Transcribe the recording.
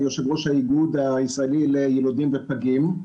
אני יושב ראש האיגוד הישראלי ליילודים ופגים.